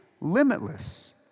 limitless